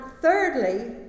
thirdly